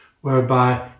whereby